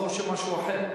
תואר אקדמי רלוונטי),